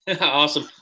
Awesome